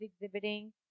exhibiting